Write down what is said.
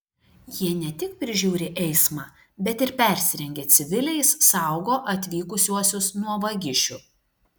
jie ne tik prižiūri eismą bet ir persirengę civiliais saugo atvykusiuosius nuo vagišių